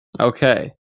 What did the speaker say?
Okay